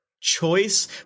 choice